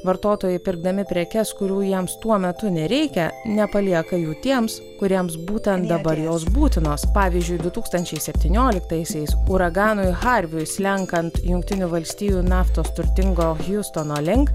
vartotojai pirkdami prekes kurių jiems tuo metu nereikia nepalieka jų tiems kuriems būtent dabar jos būtinos pavyzdžiui du tūkstančiai septynioliktaisiais uraganui harviui slenkant jungtinių valstijų naftos turtingo hiustono link